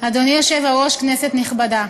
אדוני היושב-ראש, כנסת נכבדה,